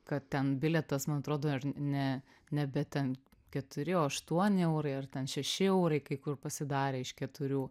kad ten bilietas man atrodo ar ne nebe ten keturi o aštuoni eurai ar ten šeši eurai kai kur pasidarė iš keturių